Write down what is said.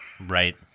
Right